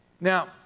Now